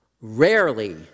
Rarely